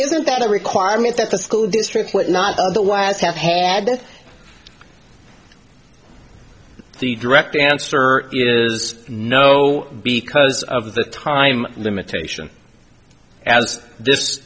isn't that a requirement that the school district would not otherwise have had the direct answer is no because of the time limitation as this